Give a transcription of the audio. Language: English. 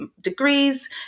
degrees